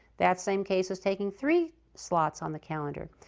that same case has taken three slots on the calendar.